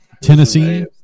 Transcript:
Tennessee